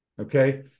okay